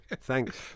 Thanks